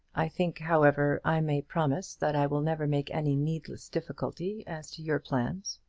i think, however, i may promise that i will never make any needless difficulty as to your plans.